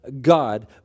God